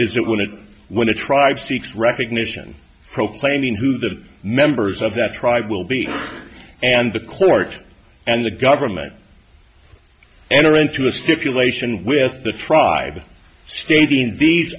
it when it when a tribe seeks recognition proclaiming who the members of that tribe will be and the court and the government enter into a stipulation with the tribe stating these